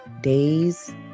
days